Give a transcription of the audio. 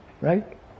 right